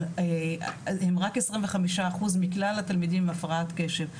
אבל הם רק 25 אחוז מכלל התלמידים עם הפרעת קשב,